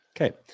Okay